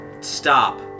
stop